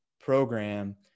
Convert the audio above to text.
program